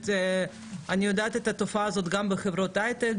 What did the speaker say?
אני יודעת את התופעה הזאת גם בחברות הייטק,